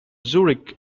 zurich